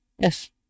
yes